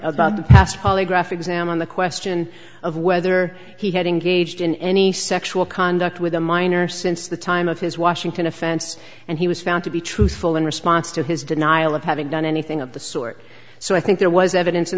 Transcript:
about the past polygraph exam on the question of whether he had engaged in any sexual conduct with a minor since the time of his washington offense and he was found to be truthful in response to his denial of having done anything of the sort so i think there was evidence